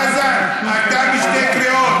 חזן, אתה בשתי קריאות.